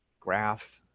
graph.